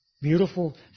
Beautiful